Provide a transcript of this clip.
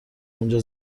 اونجا